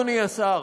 אדוני השר,